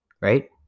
right